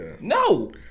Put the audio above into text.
No